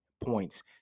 points